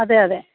അതെ അതെ